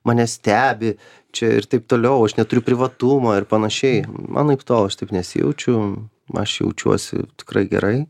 mane stebi čia ir taip toliau aš neturiu privatumo ir panašiai anaiptol aš taip nesijaučiu aš jaučiuosi tikrai gerai